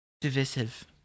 divisive